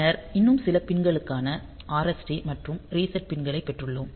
பின்னர் இன்னும் சில பின் களான RST அல்லது ரீசெட் பின் களைப் பெற்றுள்ளோம்